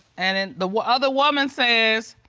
and it, the other woman says,